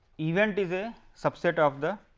event is the subset of the